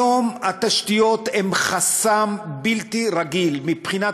כיום התשתיות הם חסם בלתי רגיל מבחינת